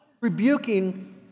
rebuking